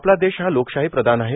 आपला देश हा लोकशाही प्रधान आहे